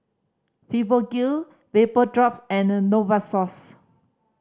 Fibogel Vapodrops and Novosource